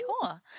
Cool